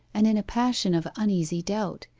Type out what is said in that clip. and in a passion of uneasy doubt.